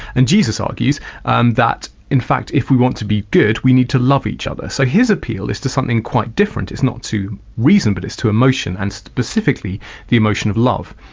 and jesus argues and that in fact if we want to be good we need to love each other. so his appeal is to something quite different, it's not to reason but it's to emotion, and specifically the emotion of love.